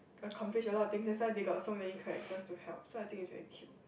accomplish a lot of things that's why got so many characters to help so I think it's very cute